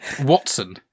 Watson